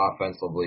offensively